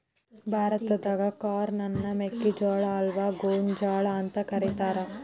ಭಾರತಾದಾಗ ಕಾರ್ನ್ ಅನ್ನ ಮೆಕ್ಕಿಜೋಳ ಅತ್ವಾ ಗೋಂಜಾಳ ಅಂತ ಕರೇತಾರ